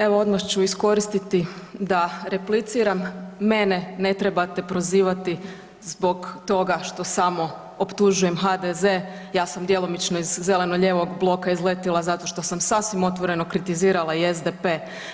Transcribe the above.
Evo odmah ću iskoristiti da repliciram, mene ne trebate prozivati zbog toga što samo optužujem HDZ, ja sam djelomično iz zeleno-lijevog bloka izletila zato što sam sasvim otvoreno kritizirala i SDP,